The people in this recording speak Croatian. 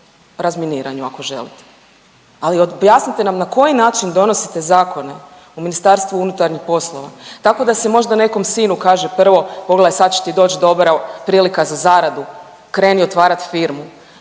razminiranju ako želite, ali objasnite nam na koji način donosite zakone u Ministarstvu unutarnjih poslova tako da se možda nekom sinu kaže prvo pogledaj sad će ti doći dobra prilika za zaradu, kreni otvarat firmu.